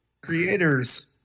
creators